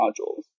modules